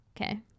Okay